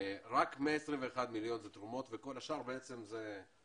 רק 121 מיליון הן תרומות וכל השאר זה כל